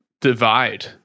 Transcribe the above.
divide